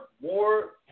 more